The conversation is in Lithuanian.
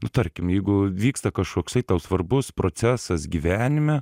nu tarkim jeigu vyksta kažkoksai tau svarbus procesas gyvenime